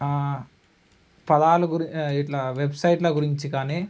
పదాలు గురి ఇట్లా వెబ్సైట్ల గురించి కానీ